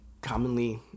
commonly